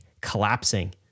collapsing